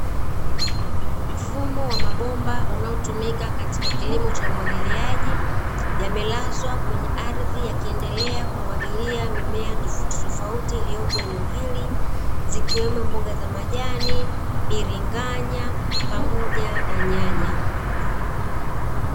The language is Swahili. Mfumo wa mabomba unaotumika katika kilimo cha umwagiliaji, yamelazwa kwenye ardhi yakiendelea kumwagilia mimea tofautitofauti iliyopo eneo hili, zikiwemo; mboga za majani, biringanya pamoja na nyanya.